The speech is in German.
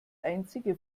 einzige